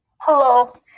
Hello